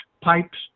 pipes